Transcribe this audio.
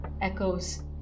echoes